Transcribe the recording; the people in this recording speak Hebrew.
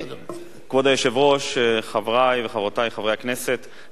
תודה רבה לחבר הכנסת מאיר שטרית.